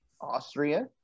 austria